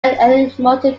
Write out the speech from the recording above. edmonton